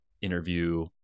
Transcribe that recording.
interview